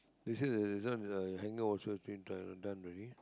you say the this one hangover is uh done already